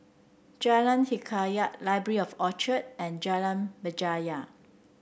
Jalan Hikayat Library at Orchard and Jalan Berjaya